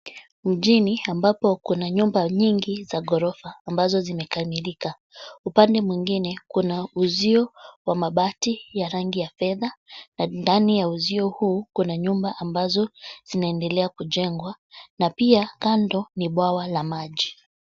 Mjini ambapo kuna nyumba nyingi za ghorofa ambazo zimekamilika. Upande mwingine, kuna uzio wa mabati ya rangi ya fedha na ndani ya uzio huu kuna nyumba ambazo zinaendelea kujengwa, na pia kando ni bwawa la maji.